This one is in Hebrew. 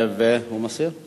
חבר הכנסת